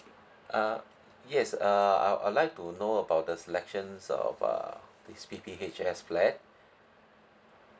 uh yes uh I'd I'd like to know about the selections of err this P_P_H_S flat